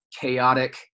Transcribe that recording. chaotic –